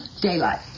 daylight